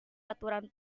aturan